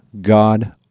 God